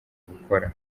bukora